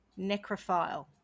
necrophile